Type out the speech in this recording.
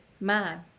man